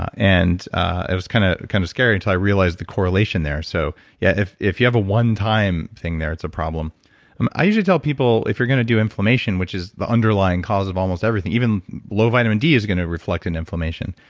and it was kind of kind of scary until i realized the correlation there. so, yeah if if you have a onetime thing there, it's a problem i usually tell people, if you're going to do inflammation, which is the underlying causes of almost everything, even low vitamin d is going to reflect an inflammation.